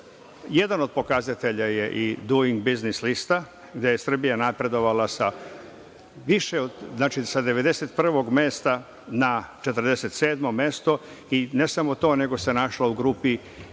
Jedan od pokazatelja je i „Duing biznis lista“ gde je Srbija napredovala sa 91 na 47 mesto i ne samo to, nego se našla u grupi